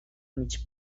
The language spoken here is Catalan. mig